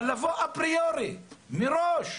אבל לבוא אפריורי, מראש,